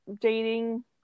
dating